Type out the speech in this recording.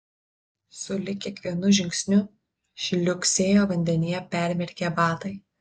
sulig kiekvienu žingsniu žliugsėjo vandenyje permirkę batai